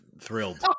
thrilled